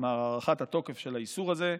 כלומר הארכת התוקף של האיסור הזה.